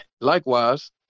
Likewise